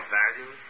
value